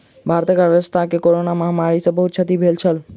भारतक अर्थव्यवस्था के कोरोना महामारी सॅ बहुत क्षति भेल छल